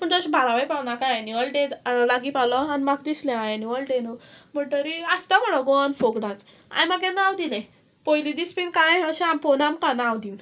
पूण तशें बारावें पावना कांय एन्युअल डे लागीं पावलो आनी म्हाका दिसलें हांवें आं एन्युअल डे न्हू म्हणटोरी आसता म्हणो गोवन फोक डांस हांवें म्हाका हें नांव दिलें पयलीं दीस बीन कांय अशें पळोवन आमकां नांव दिवन